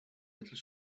little